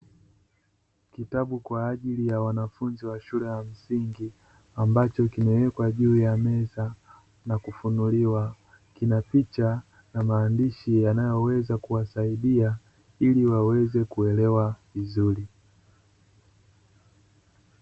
Mashine ya kilimo iliyo ndani ya banda, yenye mimea inayotumia maji bila udongo, iliyopandwa katika mabomba mapana yenye rangi ya kijivu, yaliyo na matundu juu yenye rangi nyeusi, na huku mimea hiyo ikiwa imepandwa ndani ya vikopo vyenye rangi nyeusi.